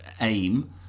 aim